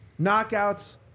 knockouts